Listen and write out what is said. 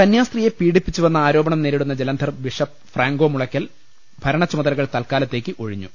കന്യാസ്ത്രീയെ പീഡിപ്പിച്ചുവെന്ന ആരോപണം നേരിടുന്ന ജലന്ധർ ബിഷപ്പ് ഫ്രാങ്കോ മുളയ്ക്കൽ ഭരണച്ചുമതലകൾ തൽക്കാ ലത്തേക്ക് ഒഴിഞ്ഞു